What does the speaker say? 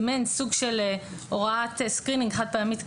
זה מעין הוראת screening חד פעמית,